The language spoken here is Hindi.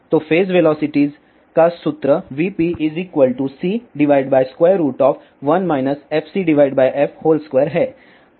तो फेज वेलोसिटीज का सूत्र vpc1 fcf2 है